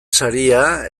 saria